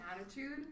attitude